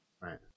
Right